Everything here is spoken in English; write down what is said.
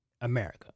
America